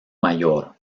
mayor